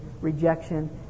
rejection